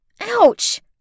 Ouch